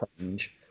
change